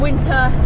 Winter